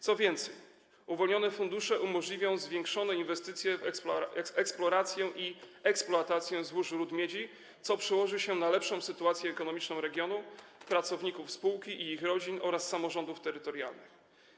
Co więcej, uwolnione fundusze umożliwią zwiększone inwestycje, eksplorację i eksploatację złóż rud miedzi, co przełoży się na lepszą sytuację ekonomiczną regionu, pracowników spółki i ich rodzin oraz samorządów terytorialnych.